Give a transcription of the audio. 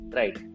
right